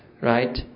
right